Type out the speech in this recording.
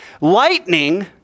Lightning